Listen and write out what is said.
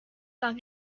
dog